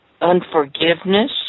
Unforgiveness